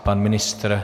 Pan ministr.